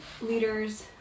leaders